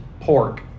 pork